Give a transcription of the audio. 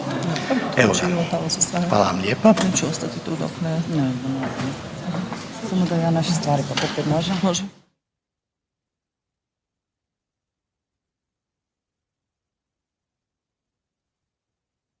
Evo ga, hvala vam lijepa.